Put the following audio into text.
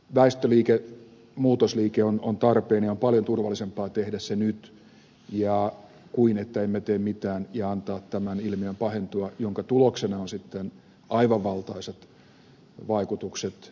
väistöliike muutosliike on tarpeen ja on paljon turvallisempaa tehdä se nyt sen sijaan että emme tee mitään ja annamme tämän ilmiön pahentua minkä tuloksena on sitten aivan valtaisat vaikutukset